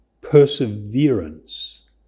perseverance